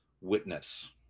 witness